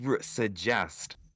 suggest